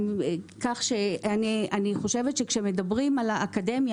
אני חושבת שכאשר מדברים על אקדמיה